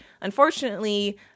unfortunately